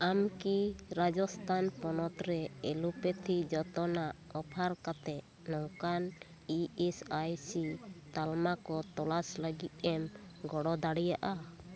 ᱟᱢ ᱠᱤ ᱨᱟᱡᱚᱥᱛᱷᱟᱱ ᱯᱚᱱᱚᱛ ᱨᱮ ᱮᱞᱳᱯᱮᱛᱷᱤ ᱡᱚᱛᱚᱱᱟᱣ ᱚᱯᱷᱟᱨ ᱠᱟᱛᱮ ᱱᱚᱝᱠᱟᱱ ᱤ ᱮᱥ ᱟᱭ ᱥᱤ ᱛᱟᱞᱢᱟ ᱠᱚ ᱛᱚᱞᱟᱥ ᱞᱟᱹᱜᱤᱫ ᱮᱢ ᱜᱚᱲ ᱫᱟᱲᱮᱭᱟᱜᱼᱟ